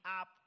up